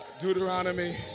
Deuteronomy